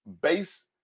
base